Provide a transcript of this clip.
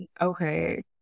Okay